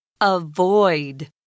Avoid